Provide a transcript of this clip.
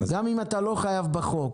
גם אם אתה לא חייב בחוק.